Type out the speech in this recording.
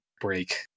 break